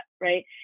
right